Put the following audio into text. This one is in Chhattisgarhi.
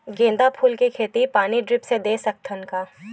गेंदा फूल के खेती पानी ड्रिप से दे सकथ का?